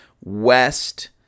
West